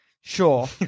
Sure